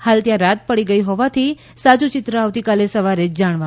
હાલ ત્યાં રાત પડી ગઈ હોવાથી સાયું ચિત્ર આવતીકાલે સવારે જ જાણવા મળશે